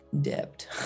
dipped